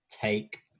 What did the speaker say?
take